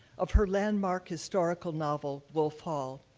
of her landmark historical novel wolf hall,